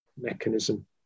mechanism